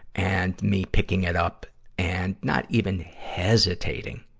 and me picking it up and not even hesitating